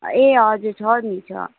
ए हजुर छ नि छ